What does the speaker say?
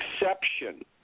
exception